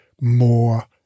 more